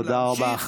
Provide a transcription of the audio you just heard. תודה רבה.